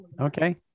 okay